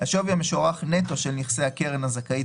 השווי המשוערך נטו של נכסי הקרן הזכאית